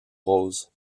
rose